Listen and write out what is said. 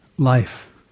Life